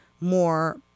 more